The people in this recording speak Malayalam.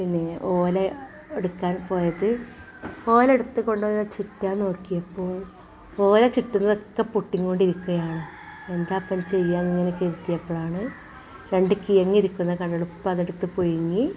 പിന്നെ ഓലെ എടുക്കാൻ പോയത് ഓലെടുത്ത് കൊണ്ടുവന്ന് ചുറ്റാൻ നോക്കിയപ്പോള് ഓല ചുറ്റുന്നതൊക്കെ പൊട്ടിക്കൊണ്ടിരിക്കുകയാണ് എന്താണ് അപ്പോള് ചെയ്യുക എന്നിങ്ങനെ കരുതിയപ്പോഴാണ് രണ്ട് കിഴങ്ങിരിക്കുന്നത് കണ്ടെണ് അപ്പോള് അതെടുത്ത് പുഴുങ്ങി